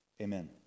Amen